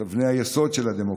את אבני היסוד של הדמוקרטיה: